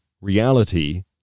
reality